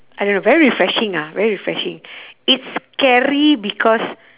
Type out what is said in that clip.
I don't know very refreshing ah very refreshing it's scary because